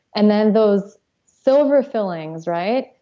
and then those silver fillings, right?